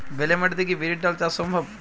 বেলে মাটিতে কি বিরির ডাল চাষ সম্ভব?